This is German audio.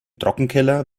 trockenkeller